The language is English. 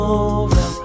over